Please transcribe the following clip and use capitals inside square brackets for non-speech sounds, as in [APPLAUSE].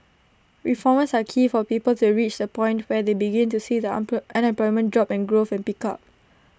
reforms are key for people to reach the point where they begin to see the [UNINTELLIGIBLE] unemployment drop and growth pick up